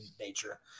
nature